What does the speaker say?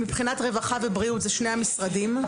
מבחינת רווחה, בריאות וחינוך, אלה שלושת המשרדים.